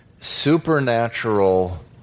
supernatural